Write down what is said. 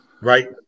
Right